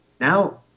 Now